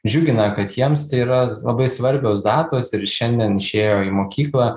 džiugina kad jiems tai yra labai svarbios datos ir šiandien išėjo į mokyklą